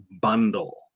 Bundle